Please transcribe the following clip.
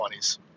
20s